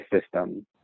system